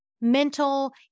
mental